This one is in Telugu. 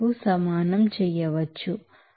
ఈ సమస్య ప్రకారం 0